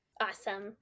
Awesome